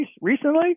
recently